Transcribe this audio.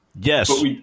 Yes